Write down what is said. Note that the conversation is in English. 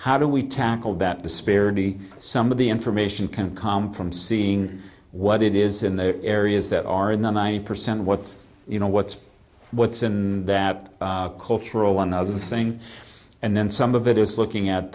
how do we tackle that disparity some of the information can come from seeing what it is in the areas that are in the ninety percent what's you know what's what's in that cultural one other thing and then some of it is looking at